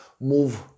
move